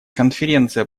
конференция